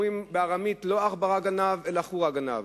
בארמית אומרים: "לא עכברא גנב אלא חורא גנב",